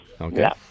Okay